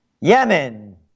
Yemen